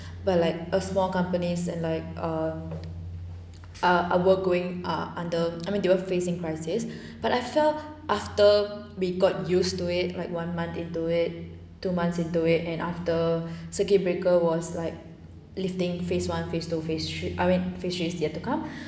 but like a small companies and like ah a lot going ah under I mean they were facing crisis but I felt after we got used to it like one month into it two months into it and after circuit breaker was like lifting phase one phase two phase three I mean phase three is yet to come